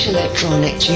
Electronic